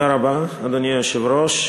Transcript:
אדוני היושב-ראש,